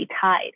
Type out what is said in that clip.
tied